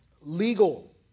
legal